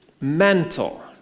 Mental